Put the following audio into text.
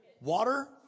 water